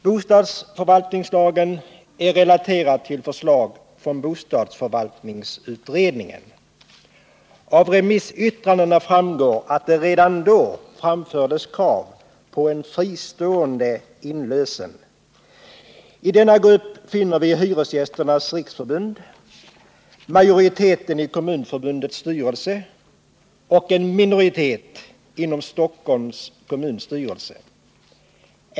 Bostadsförvaltningslagen är relaterad till förslag från bostadsförvaltningsutredningen. Av remissyttrandena framgår att det redan då framfördes krav på en fristående inlösen. I denna grupp av remissinstanser finner vi Hyresgästernas riksförbund, majoriteten i Kommunförbundets styrelse och en minoritet inom Stockholms kommunstyrelse.